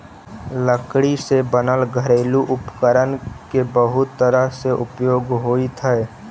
लकड़ी से बनल घरेलू उपकरण के बहुत तरह से प्रयोग होइत हइ